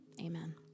Amen